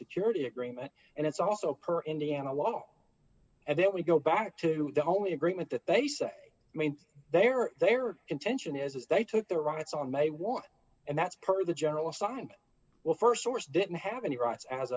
security agreement and it's also per indiana law and then we go back to the only agreement that they say mean there their intention is they took their rights on may want and that's part of the general assignment well st or so didn't have any rights as